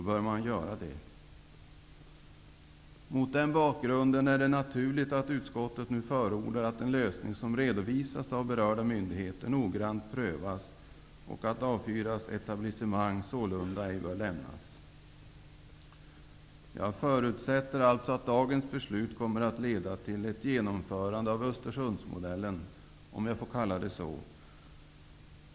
Mot den bakgrunden är det naturligt att utskottet nu förordar att den lösning som redovisats av berörda myndigheter noggrant prövas och att A 4:s etablissemang sålunda ej bör lämnas. Jag förutsätter alltså att dagens beslut kommer att leda till ett genomförande av Östersundsmodellen -- om jag får kalla den så.